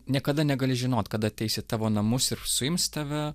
niekada negali žinot kada ateis į tavo namus ir suims tave